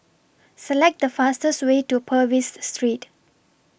Select The fastest Way to Purvis Street